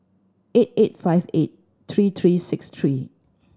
eight eight five eight three three six three